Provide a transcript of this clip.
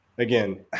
Again